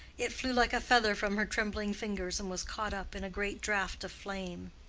it flew like a feather from her trembling fingers and was caught up in a great draught of flame.